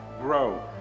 grow